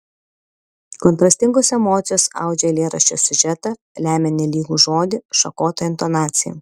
kontrastingos emocijos audžia eilėraščio siužetą lemia nelygų žodį šakotą intonaciją